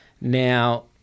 Now